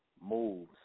moves